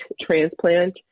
transplant